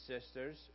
sisters